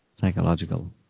psychological